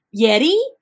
Yeti